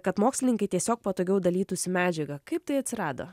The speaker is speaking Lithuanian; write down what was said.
kad mokslininkai tiesiog patogiau dalytųsi medžiaga kaip tai atsirado